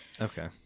Okay